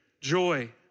Joy